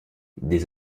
des